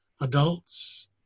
adults